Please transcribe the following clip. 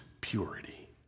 purity